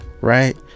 right